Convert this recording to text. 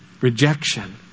rejection